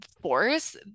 force